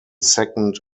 second